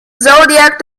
zodiac